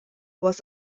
was